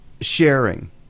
Sharing